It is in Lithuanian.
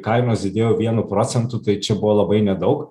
kainos didėjo vienu procentu tai čia buvo labai nedaug